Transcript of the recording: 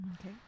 Okay